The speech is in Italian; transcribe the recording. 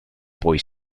poi